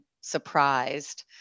surprised